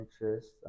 interests